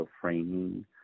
framing